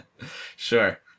Sure